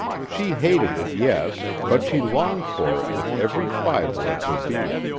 she hated it, yes, but she longed for it with every fiber of her being.